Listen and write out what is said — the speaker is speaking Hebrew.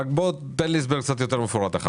אבל בוא תן לי הסבר קצת יותר מפורט אחר כך.